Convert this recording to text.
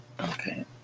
Okay